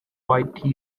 white